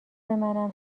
منم